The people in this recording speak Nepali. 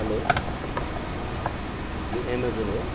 हेलो यो एमाजोन हो